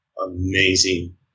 amazing